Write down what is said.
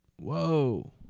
whoa